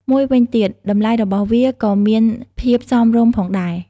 មួយវិញទៀតតម្លៃរបស់វាក៏មានភាពសមរម្យផងដែរ។